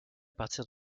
partir